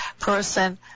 person